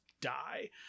die